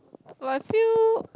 but I feel